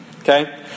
Okay